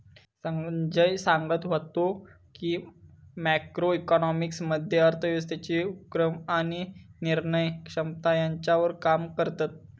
संजय सांगत व्हतो की, मॅक्रो इकॉनॉमिक्स मध्ये अर्थव्यवस्थेचे उपक्रम आणि निर्णय क्षमता ह्यांच्यावर काम करतत